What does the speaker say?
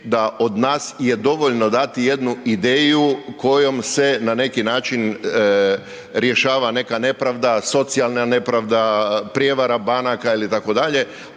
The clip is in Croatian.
da od nas je dovoljno dati jednu ideju kojom se na neki način rješava neka nepravda, socijalna nepravda, prijevara banaka itd., a